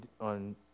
on